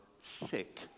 sick